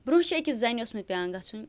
برٛونٛہہ چھِ أکِس زَنہِ اوسمُت پٮ۪وان گَژھُن